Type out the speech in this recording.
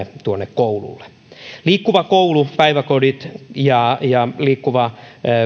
koululle päiväkodit ja ja liikkuva